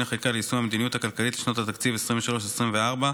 חקיקה ליישום המדיניות הכלכלית לשנות התקציב 2023 ו-2024),